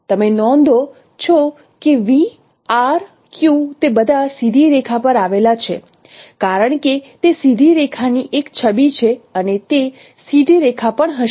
તમે નોંધો છો કે v r q તે બધા સીધી રેખા પર આવેલા છે કારણ કે તે સીધી રેખાની એક છબી છે અને તે સીધી રેખા પણ હશે